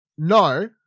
No